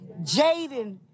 Jaden